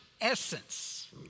essence